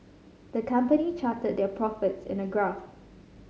the company charted their profits in a graph